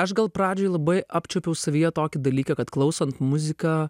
aš gal pradžioj labai apčiuopiau savyje tokį dalyką kad klausant muziką